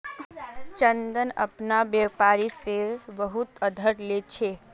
चंदन अपना व्यापारी से बहुत उधार ले छे